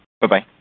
Bye-bye